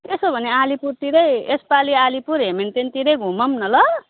त्यसो हो भने अलिपुरतिरै यस पालि अलिपुर हेमिल्टनतिरै घुमौँ न ल